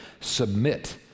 submit